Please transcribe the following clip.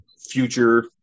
future